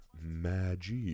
magic